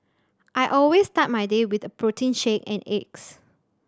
I always start my day with a protein shake and eggs